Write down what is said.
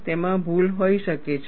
તેમાં ભૂલો હોઈ શકે છે